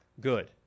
good